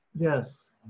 Yes